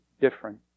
different